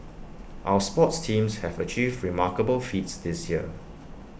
our sports teams have achieved remarkable feats this year